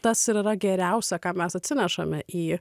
tas yra geriausia ką mes atsinešame į